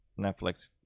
Netflix